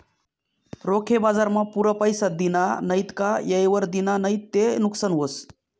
रोखे बजारमा पुरा पैसा दिना नैत का येयवर दिना नैत ते नुकसान व्हस